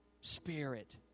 spirit